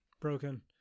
broken